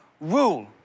rule